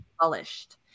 polished